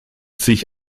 sich